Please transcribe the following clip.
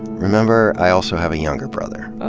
remember, i a lso have a younger brother. uh-oh.